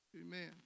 Amen